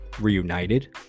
reunited